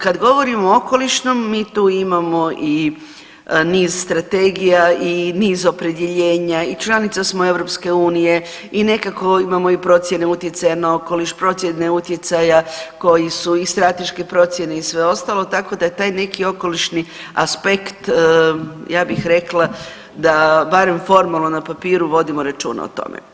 Kad govorimo o okolišnom mi tu imamo i niz strategija i niz opredjeljenja i članica smo EU i nekako imamo i procjene utjecaja na okoliš, procjene utjecaja koji su i strateške procjene i sve ostalo tako da je taj neki okolišni aspekt ja bih rekla da barem formalno na papiru vodimo računa o tome.